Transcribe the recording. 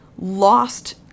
lost